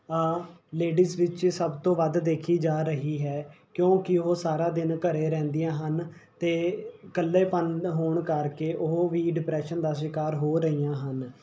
ladies ਵਿੱਚ ਸਭ ਤੋਂ ਵੱਧ ਦੇਖੀ ਜਾ ਰਹੀ ਹੈ ਕਿਉਂਕਿ ਉਹ ਸਾਰਾ ਦਿਨ ਘਰ ਰਹਿੰਦੀਆਂ ਹਨ ਅਤੇ ਇਕੱਲੇਪਨ ਹੋਣ ਕਰਕੇ ਉਹ ਵੀ ਡਿਪਰੈਸ਼ਨ ਦਾ ਸ਼ਿਕਾਰ ਹੋ ਰਹੀਆਂ ਹਨ